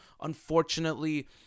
Unfortunately